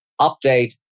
update